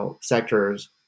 sectors